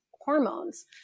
hormones